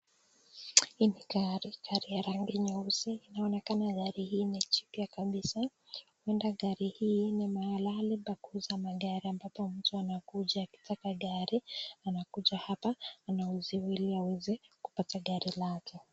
Hii ni gari, gari ya rangi nyeusi, inaonekana gari hii ni jipya kabisa, huenda gari ni mahali pa kuuza magari , ambapo mtu anakuja alitaka gari anakuja hapa ili awezekupata gari lake .